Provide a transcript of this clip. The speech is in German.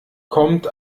kommt